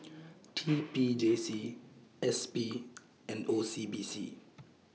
T P J C S P and O C B C